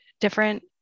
different